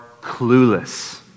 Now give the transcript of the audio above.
clueless